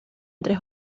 tres